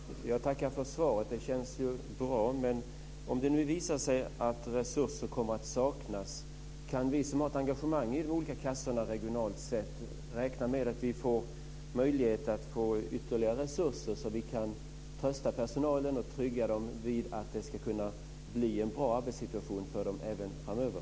Fru talman! Jag tackar för svaret. Det känns ju bra. Men om det nu visar sig att resurser kommer att saknas, kan vi som har ett engagemang i de olika kassorna regionalt räkna med att vi får möjlighet att få ytterligare resurser, så att vi kan trösta personalen och försäkra dem att det ska kunna bli en bra arbetssituation för dem även framöver?